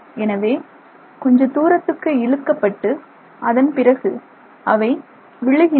எனவே கொஞ்ச தூரத்துக்கு இழுக்கப்பட்டு அதன் பிறகு அவை விழுகின்றன